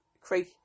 create